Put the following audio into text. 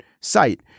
site